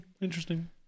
interesting